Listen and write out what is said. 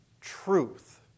truth